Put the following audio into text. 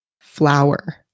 Flower